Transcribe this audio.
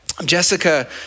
Jessica